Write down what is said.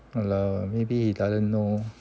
!walao! maybe he doesn't know